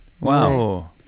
Wow